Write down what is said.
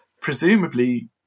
presumably